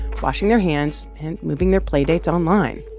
washing their hands and moving their playdates online.